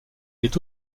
est